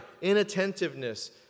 inattentiveness